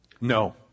No